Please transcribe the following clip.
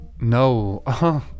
No